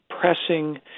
pressing